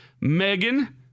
Megan